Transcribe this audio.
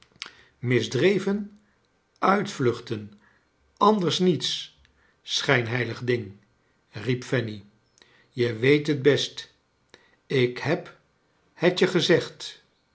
misdreven uitvluchten anders niets schijnheilig ding riep fanny je weet het best ik heb het je gezegd